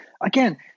Again